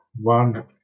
one